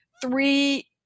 three